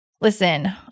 listen